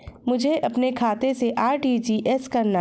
मुझे अपने खाते से आर.टी.जी.एस करना?